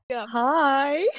Hi